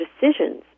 decisions